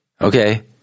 Okay